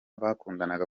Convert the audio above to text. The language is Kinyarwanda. bakundanaga